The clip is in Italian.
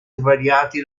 svariati